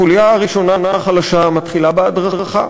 החוליה הראשונה החלשה מתחילה בהדרכה,